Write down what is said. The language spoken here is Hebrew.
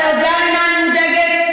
זכות להביע, ראית את ההצגה?